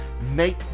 make